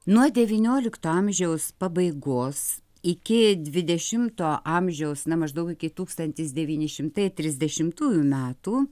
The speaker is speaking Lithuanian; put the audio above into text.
nuo devyniolikto amžiaus pabaigos iki dvidešimto amžiaus na maždaug iki tūkstantis devyni šimtai trisdešimtųjų metų